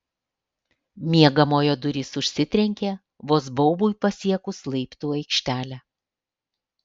miegamojo durys užsitrenkė vos baubui pasiekus laiptų aikštelę